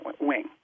wing